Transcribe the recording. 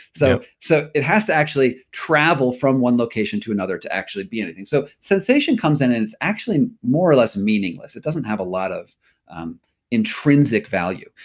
so so it has to actually travel from one location to another to actually be anything. so sensation comes in and it's actually more or less meaningless. it doesn't have a lot of intrinsic value.